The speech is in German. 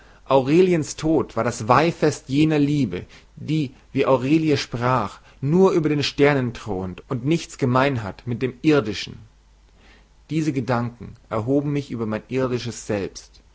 aureliens tod war das weihfest jener liebe die wie aurelie sprach nur über den sternen thront und nichts gemein hat mit dem irdischen diese gedanken erhoben mich über mein irdisches selbst